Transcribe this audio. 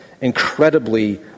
incredibly